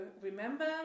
remember